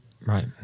Right